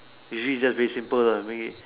actually its just very simple lah make it